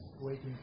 waiting